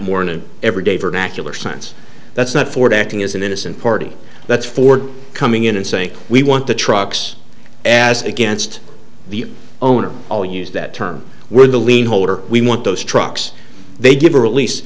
morning every day vernacular sense that's not ford acting as an innocent party that's ford coming in and saying we want the trucks as against the owner all use that term we're the lienholder we want those trucks they give